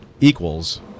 equals